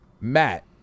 Matt